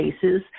cases